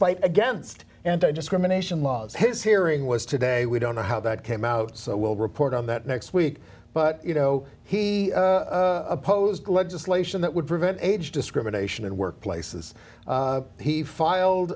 fight against and i just women ation laws his hearing was today we don't know how that came out so we'll report on that next week but you know he opposed legislation that would prevent age discrimination in workplaces he filed